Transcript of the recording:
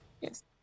Yes